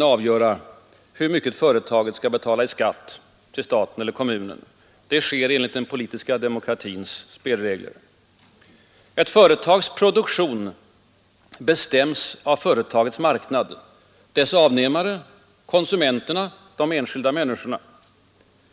avgöra hur mycket företaget skall betala i skatt till staten eller kommunen. Det avgörs enligt den politiska demokratins spelregler. Ett företags produktion bestäms av dess marknad, dess avnämare — konsumenterna, de enskilda människorna.